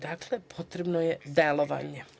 Dakle, potrebno je delovanje.